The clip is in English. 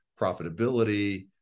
profitability